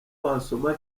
wasoma